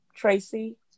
Tracy